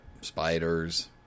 spiders